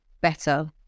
better